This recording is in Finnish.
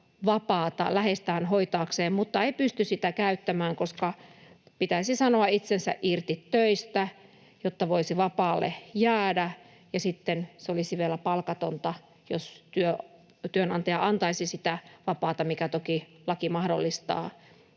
vapaata läheistään hoitaakseen mutta ei pysty sitä käyttämään, koska pitäisi sanoa itsensä irti töistä, jotta voisi vapaalle jäädä, ja sitten se olisi vielä palkatonta, jos työnantaja antaisi sitä vapaata — minkä toki laki mahdollistaa,